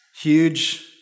huge